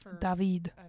David